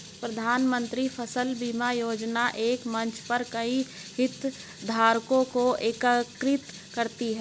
प्रधानमंत्री फसल बीमा योजना एक मंच पर कई हितधारकों को एकीकृत करती है